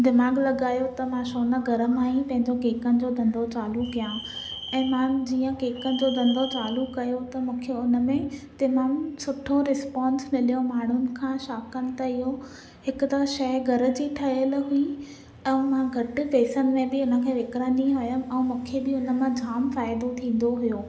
दिमाग़ु लॻायो त मां छो न घर मां ई पंहिंजो केकनि जो धंधो चालू कयां ऐं मां जीअं केकनि जो धंधो चालू कयो त मूंखे उन में तमामु सुठो रिस्पोंस मिलियो माण्हुनि खां छाकाणि त इहो हिकु त शइ घर जी ठहियलु हुई ऐं मां घटि पैसनि में बि इन खे विकणंदी हुयमि ऐं मूंखे बि हुन मां जामु फ़ाइदो थींदो हुयो